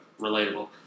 relatable